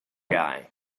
guy